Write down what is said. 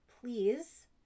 please